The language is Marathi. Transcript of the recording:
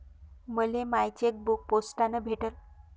मले माय चेकबुक पोस्टानं भेटल